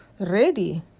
ready